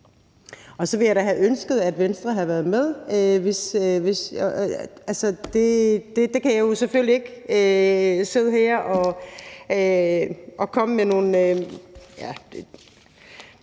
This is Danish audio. Og så ville jeg da have ønsket, at Venstre havde været med. Det kan jeg jo ikke sidde og behandle